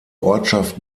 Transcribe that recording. ortschaft